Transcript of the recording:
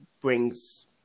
brings